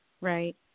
right